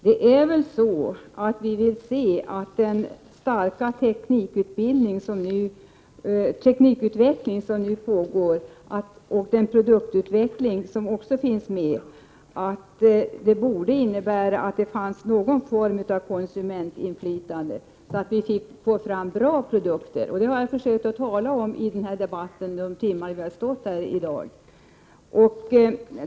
Beträffande den starka teknikutveckling som nu pågår — det gäller också produktutvecklingen i sammanhanget — borde det väl ändå innebära att det fanns någon form av konsumentinflytande. Det gäller ju att få fram bra produkter. Det är detta som jag har velat framhålla under de timmar som dagens debatt har pågått.